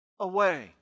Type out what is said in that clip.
Away